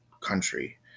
country